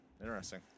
Interesting